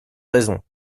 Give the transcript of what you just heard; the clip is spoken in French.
raisons